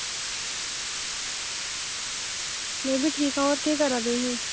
में बी ठीक होर केह् करा दे हे